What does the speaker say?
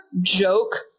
joke